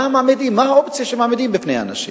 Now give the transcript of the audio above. מה האופציה שמעמידים בפני האנשים?